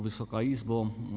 Wysoka Izbo!